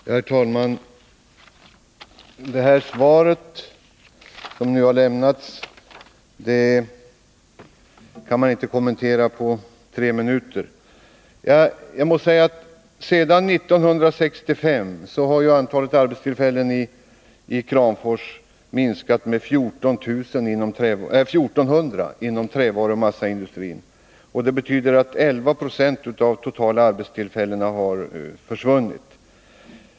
Herr talman! Det svar som nu har lämnats kan man inte kommentera på tre minuter. Sedan 1965 har antalet arbetstillfällen i Kramfors minskat med 1 400 inom trävaruoch massaindustrin, och det betyder att 11 20 av det totala antalet arbetstillfällen har försvunnit.